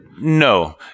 No